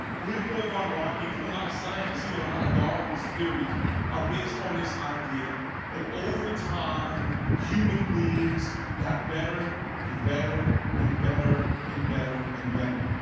leopold von ranke and even a lot of scientists, even a lot of darwin's theories are based on this idea that over time human beings got better and better and better and better and better.